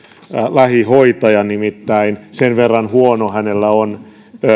lähihoitaja nimittäin sen verran huono hänellä on